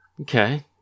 Okay